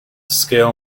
scale